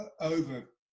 over